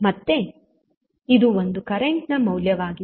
ಮತ್ತೆ ಇದು ಒಂದು ಕರೆಂಟ್ ನ ಮೌಲ್ಯವಾಗಿದೆ